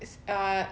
it's err